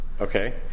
Okay